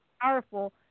powerful